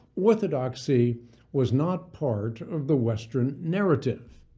orthodoxy was not part of the western narrative.